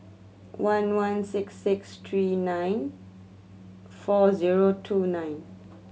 one one six six three nine four zero two nine